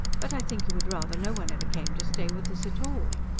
but i think you would rather no one ever came to stay with us, at all.